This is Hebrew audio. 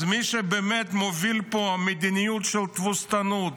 אז מי שבאמת מוביל פה מדיניות של תבוסתנות,